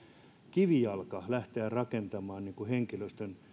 kivijalka lähteä rakentamaan henkilöstön